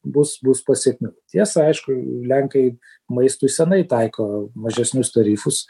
bus bus pasekmių tiesa aišku lenkai maistui senai taiko mažesnius tarifus